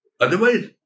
Otherwise